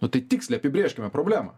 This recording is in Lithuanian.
nu tai tiksliai apibrėžkime problemą